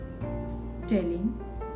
telling